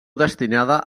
destinada